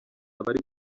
ari